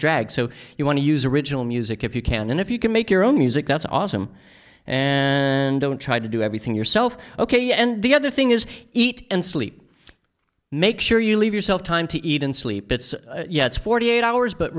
drag so you want to use original music if you can and if you can make your own music that's awesome and don't try to do everything yourself ok and the other thing is eat and sleep make sure you leave yourself time to eat and sleep it's forty eight hours but